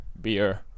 beer